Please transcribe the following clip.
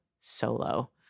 solo